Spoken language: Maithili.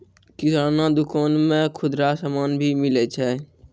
किराना दुकान मे खुदरा समान भी मिलै छै